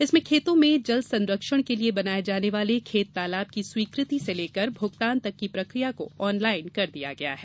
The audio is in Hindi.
इसमें खेतों में जल सरंक्षण के लिए बनाए जाने वाले खेत तालाब की स्वीकृति से लेकर भुगतान तक की प्रक्रिया को ऑनलाइन कर दिया गया है